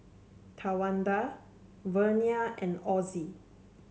Tawanda Vernia and Ossie